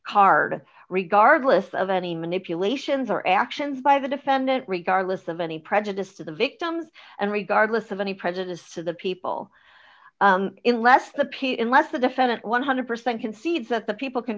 card regardless of any manipulations or actions by the defendant regardless of any prejudice to the victims and regardless of any prejudice to the people in let's the pit unless the defendant one hundred percent concedes that the people can